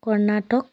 Karnataka